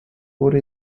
wurde